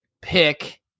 pick